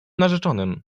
narzeczonym